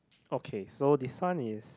okay so this one is